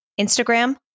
Instagram